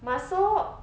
masuk